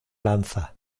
lanza